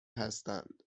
هستند